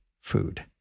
Food